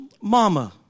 Mama